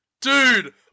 dude